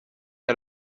out